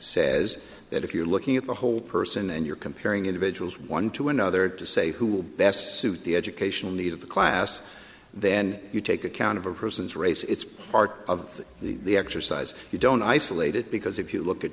says that if you're looking at the whole person and you're comparing individuals one to another to say who will best suit the educational needs of the class then you take account of a person's race it's part of the exercise you don't isolate it because if you look at